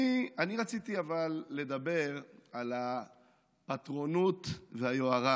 אבל אני רציתי לדבר על הפטרונות והיוהרה